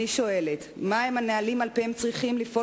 אני שואלת: מהם הנהלים שעל-פיהם צריכות לפעול